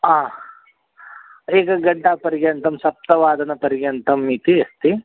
ह एकघण्टापर्यन्तं सप्तवादनपर्यन्तम् इति अस्ति